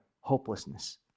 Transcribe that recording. hopelessness